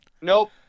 Nope